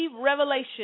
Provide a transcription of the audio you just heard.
revelation